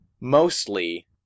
mostly